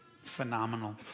phenomenal